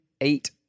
eight